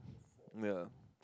yeah